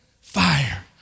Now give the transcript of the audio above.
fire